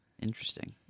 Interesting